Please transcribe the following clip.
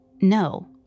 no